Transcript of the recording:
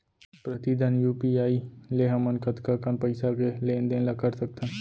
प्रतिदन यू.पी.आई ले हमन कतका कन पइसा के लेन देन ल कर सकथन?